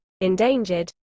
endangered